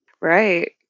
Right